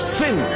sin